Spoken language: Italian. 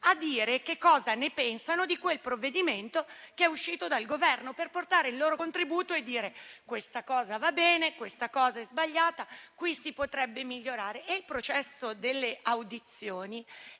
a dire cosa ne pensano del provvedimento che è uscito dal Governo, per portare il loro contributo e dire cosa va bene, cosa è sbagliato e dove si potrebbe migliorare. Il processo delle audizioni